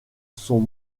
sont